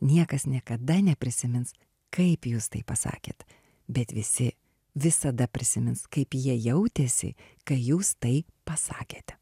niekas niekada neprisimins kaip jūs tai pasakėt bet visi visada prisimins kaip jie jautėsi kai jūs tai pasakėte